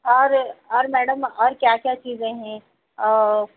اور اور میڈم اور کیا کیا چیزیں ہیں اور